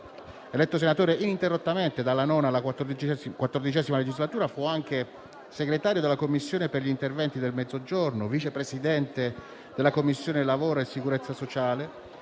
Eletto senatore ininterrottamente dalla IX alla XIV legislatura, fu anche segretario della Commissione per gli interventi del Mezzogiorno, Vice Presidente della Commissione lavoro e sicurezza sociale,